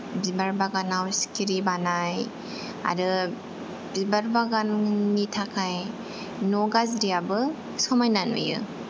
बिबार बागानाव सिखिरि बानाय आरो बिबार बागाननि थाखाय न' गाज्रियाबो समायना नुयो